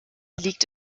liegt